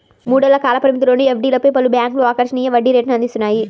మూడేళ్ల కాల పరిమితిలోని ఎఫ్డీలపై పలు బ్యాంక్లు ఆకర్షణీయ వడ్డీ రేటును అందిస్తున్నాయి